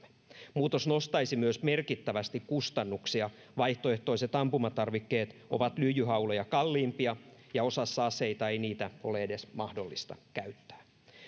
muutos nostaisi myös merkittävästi kustannuksia vaihtoehtoiset ampumatarvikkeet ovat lyijyhauleja kalliimpia ja osassa aseita ei niitä ole edes mahdollista käyttää